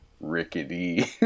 rickety